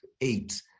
eight